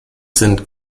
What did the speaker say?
sind